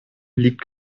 liegt